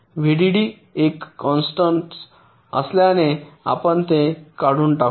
VDD एक constant असल्याने आपण ते काढून टाकु